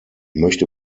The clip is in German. möchte